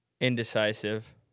Indecisive